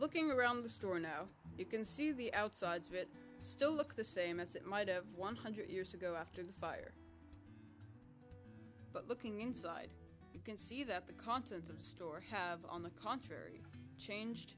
looking around the store now you can see the outsides of it still look the same as it might have one hundred years ago after the fire but looking inside you can see that the contents of store have on the contrary changed